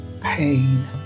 pain